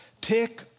Pick